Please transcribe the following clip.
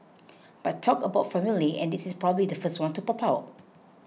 but talk about formulae and this is probably the first one to pop out